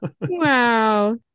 Wow